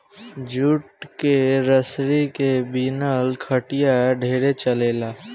jute के रसरी के बिनल खटिया ढेरे चलेला